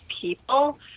people